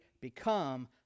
become